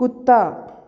ਕੁੱਤਾ